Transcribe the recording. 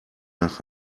nach